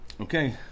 Okay